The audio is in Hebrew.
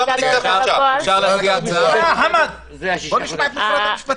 ההצעה שלך -- חמד, בוא נשמע את משרד המשפטים.